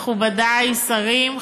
מכובדי השרים,